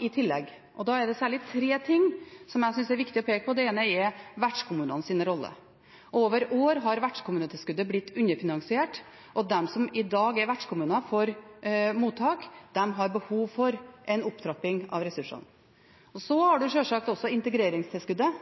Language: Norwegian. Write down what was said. i tillegg. Da er det særlig tre ting som jeg synes det er viktig å peke på. Det ene er vertskommunenes rolle. Over år har vertskommunetilskuddet blitt underfinansiert, og de som i dag er vertskommuner for mottak, har behov for en opptrapping av ressursene. Så har vi sjølsagt integreringstilskuddet.